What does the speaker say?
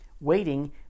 waiting